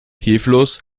hilflos